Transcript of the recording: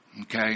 Okay